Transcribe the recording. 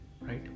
Right